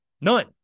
None